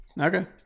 Okay